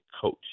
coach